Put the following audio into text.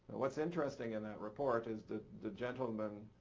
what's interesting in that report is that the gentleman,